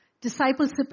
Discipleship